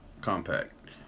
compact